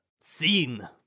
scene